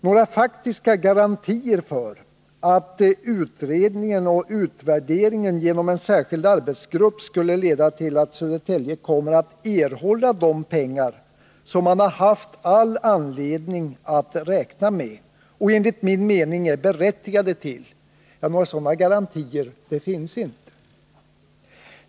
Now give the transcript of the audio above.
Några faktiska garantier för att utredning och utvärdering genom en särskild arbetsgrupp skulle leda till att Södertälje kommer att erhålla de pengar som man har haft all anledning att räkna med och enligt min mening är berättigad till finns inte.